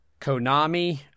Konami